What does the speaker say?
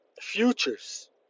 Futures